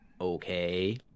okay